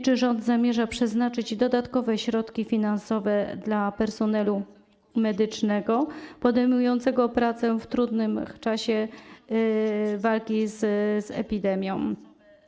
Czy rząd zamierza przeznaczyć dodatkowe środki finansowe dla personelu medycznego podejmującego pracę w trudnym czasie walki z epidemią?